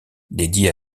dédiée